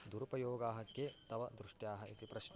दुरुपयोगाः के तव दृष्ट्या इति प्रश्ने